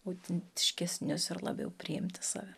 autentiškesnius ir labiau priimti save